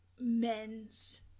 men's